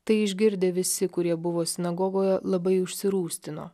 tai išgirdę visi kurie buvo sinagogoje labai užsirūstino